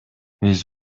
биз